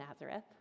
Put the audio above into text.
Nazareth